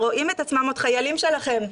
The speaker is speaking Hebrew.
רואים את עצמם עוד חיילים שלכם,